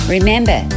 Remember